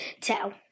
tell